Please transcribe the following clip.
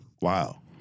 Wow